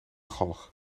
galg